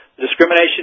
discrimination